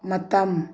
ꯃꯇꯝ